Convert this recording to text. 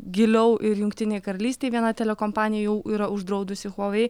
giliau ir jungtinėj karalystėj viena telekompanija jau yra uždraudusi huawei